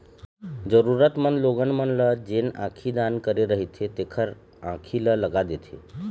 जरुरतमंद लोगन मन ल जेन आँखी दान करे रहिथे तेखर आंखी ल लगा देथे